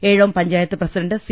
ഏ ഴോം panchayat president C